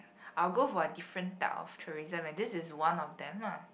I will go for a different type of tourism and this is one of them lah